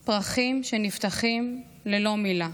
/ פרחים שנפתחים / ללא מילה.